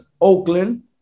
Oakland